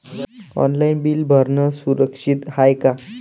Online bill भरनं सुरक्षित हाय का?